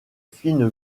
fine